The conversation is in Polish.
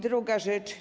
Druga rzecz.